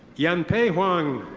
yanpei huang.